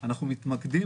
אנחנו מתמקדים